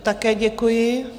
Také děkuji.